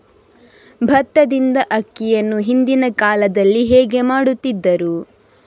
ಭತ್ತದಿಂದ ಅಕ್ಕಿಯನ್ನು ಹಿಂದಿನ ಕಾಲದಲ್ಲಿ ಹೇಗೆ ಮಾಡುತಿದ್ದರು?